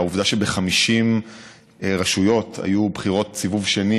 העובדה שב-50 רשויות היו בחירות סיבוב שני,